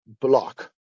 block